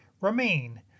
remain